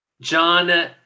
John